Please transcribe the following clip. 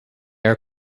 are